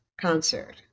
concert